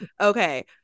Okay